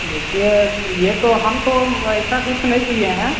देखिए ये तो हम तो वैसा कुछ नहीं किए हैं